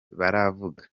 baravuga